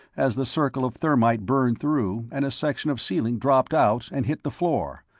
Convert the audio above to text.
as the circle of thermite burned through and a section of ceiling dropped out and hit the floor.